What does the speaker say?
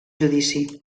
judici